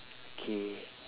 K